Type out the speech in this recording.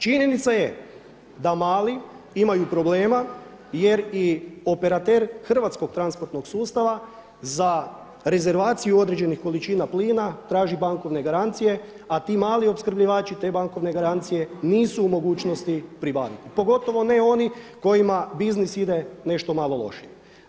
Činjenica je da mali imaju problema jer i operater hrvatskog transportnog sustava za rezervaciju određenih količina plina traži bankovne garancije, a ti mali opskrbljivači te bankovne garancije nisu u mogućnosti pribaviti, pogotovo ne oni kojima biznis ide nešto malo lošije.